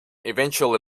eventually